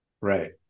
Right